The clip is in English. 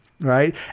right